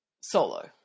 solo